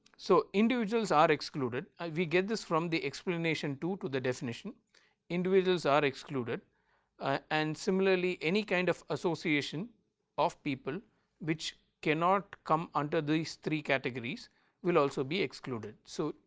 so, individuals are excluded ah get this from the explanation two to the definition individuals are excluded and similarly any kind of association of people which cannot come under these three categories will also be excluded. so,